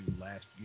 last